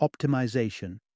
optimization